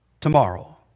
tomorrow